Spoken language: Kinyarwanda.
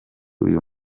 uyu